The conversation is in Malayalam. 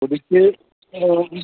പൊതിച്ച് വേണം